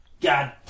God